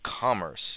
commerce